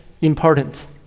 important